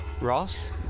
Ross